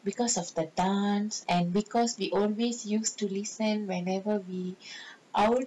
because of the dance and because we always used to listen whenever we out